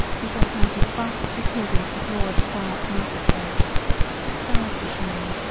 we got out as fast as we could into the broad quiet market-place the stars were shining,